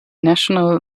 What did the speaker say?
national